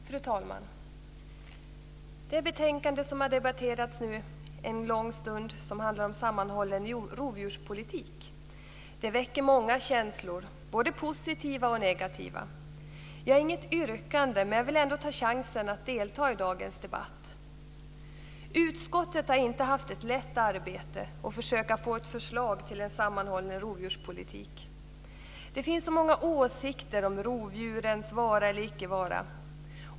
Fru talman! Det betänkande som nu har debatterats en lång stund, som handlar om sammanhållen rovdjurspolitik, väcker många känslor, både positiva och negativa. Jag har inget yrkande, men jag vill ändå ta chansen att delta i dagens debatt. Utskottet har inte haft ett lätt arbete med att försöka få fram ett förslag till en sammanhållen rovdjurspolitik. Det finns så många åsikter om rovdjurens vara eller icke vara.